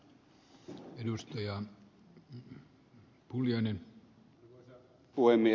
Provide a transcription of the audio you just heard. arvoisa puhemies